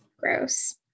gross